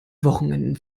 wochenenden